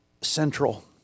central